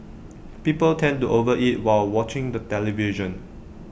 people tend to over eat while watching the television